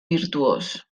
virtuós